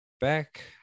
Back